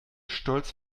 stolz